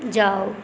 जाउ